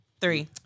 Three